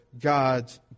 God's